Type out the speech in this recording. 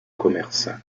commerce